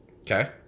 Okay